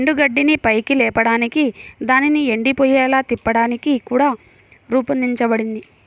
ఎండుగడ్డిని పైకి లేపడానికి దానిని ఎండిపోయేలా తిప్పడానికి కూడా రూపొందించబడింది